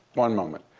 one moment.